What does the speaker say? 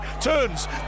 Turns